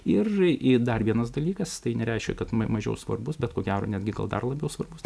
ir i dar vienas dalykas tai nereiškia kad ma mažiau svarbus bet ko gero netgi gal dar labiau svarbus